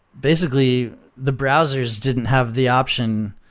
basically, the browsers didn't have the option,